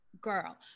girl